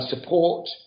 support